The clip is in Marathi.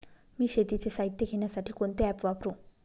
मी शेतीचे साहित्य घेण्यासाठी कोणते ॲप वापरु?